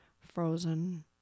frozen